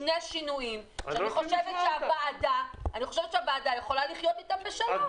אני חושבת שהוועדה יכולה לחיות בשלום עם שני השינויים האלה.